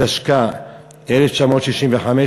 התשכ"ה 1965,